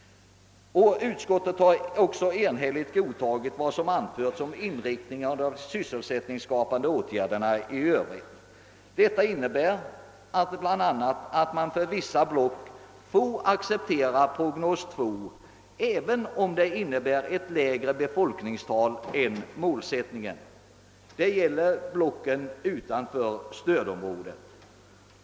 Utskottet har också enhälligt godtagit vad som anförts om inriktningen av de sysselsättningsskapande åtgärderna i övrigt. Detta innebär bl.a. att man för vissa block får acceptera prognos 2, även om detta innebär ett lägre befolkningstal än vad målsättningen anger. Detta gäller för blocken utanför norra stödområdet.